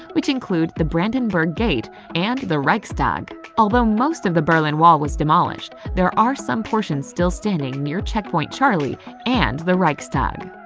which include the brandenburg gate and the reichstag. although most of the berlin wall was demolished, there are some portions still standing near checkpoint charlie and the reichstag.